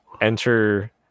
enter